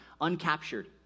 uncaptured